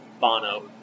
Bono